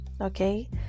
okay